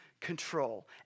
control